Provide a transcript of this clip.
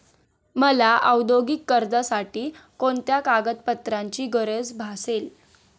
मला औद्योगिक कर्जासाठी कोणत्या कागदपत्रांची गरज भासेल?